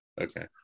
Okay